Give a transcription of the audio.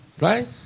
Right